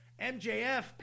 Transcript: MJF